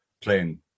playing